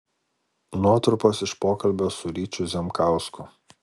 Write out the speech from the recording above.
nuotrupos iš pokalbio su ryčiu zemkausku